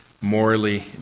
Morally